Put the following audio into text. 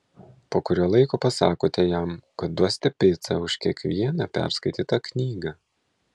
po kurio laiko pasakote jam kad duosite picą už kiekvieną perskaitytą knygą